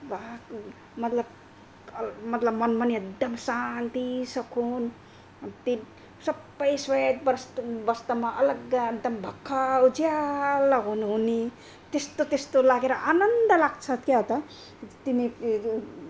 बा मतलब मतलब मन पनि एकदम शान्ति सकुन सबै श्वेत बस् वस्त्रमा अलग्गै एकदम भर्खर उज्यालो हुनु हुनु त्यस्तो त्यस्तो लागेर आनन्द लाग्छ त्यहाँ त तिमी